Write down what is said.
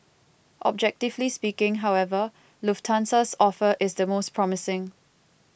objectively speaking however Lufthansa's offer is the most promising